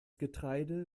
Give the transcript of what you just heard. getreide